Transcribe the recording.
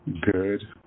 Good